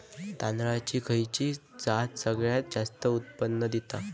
तांदळाची खयची जात सगळयात जास्त उत्पन्न दिता?